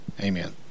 amen